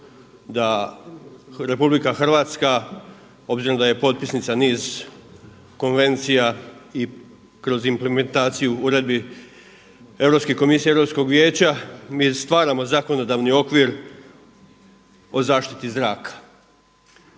da RH obzirom da je potpisnica niz konvencija i kroz implementaciju uredbi Europske komisije, Europskog vijeća, mi stvaramo zakonodavni okvir o zaštiti zraka.